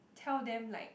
tell them like